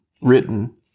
written